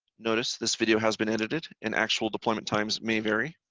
notice this video has been edited and actual deployment times may vary.